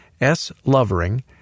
slovering